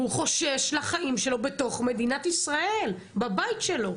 הוא חושש לחיים שלו בתוך מדינת ישראל, בבית שלו.